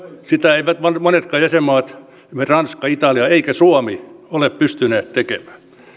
sitä eivät monetkaan jäsenmaat ei ranska italia eikä suomi ole pystyneet tekemään